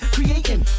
Creating